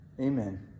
Amen